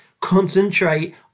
concentrate